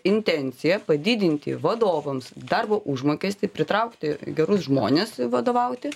intencija padidinti vadovams darbo užmokestį pritraukti gerus žmones vadovauti